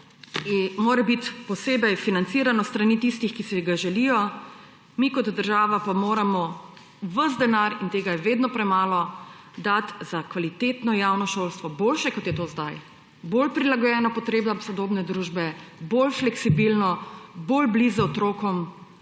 mora biti posebej financirano s strani tistih, ki si ga želijo. Mi kot država pa moramo ves denar, in tega je vedno premalo, dati za kvalitetno javno šolstvo, boljše, kot je to sedaj, bolj prilagojeno potrebam sodobne družbe, bolj fleksibilno, bolj blizu otrokom,